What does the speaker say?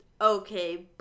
okay